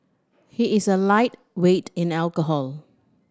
he is a lightweight in alcohol